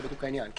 זה בדיוק העניין.